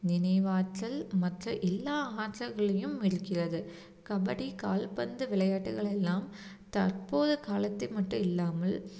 நினைவாற்றல் மற்ற எல்லா ஆற்றல்களையும் இருக்கிறது கபடி கால்பந்து விளையாட்டுகள் எல்லாம் தற்போது காலத்து மட்டும் இல்லாமல்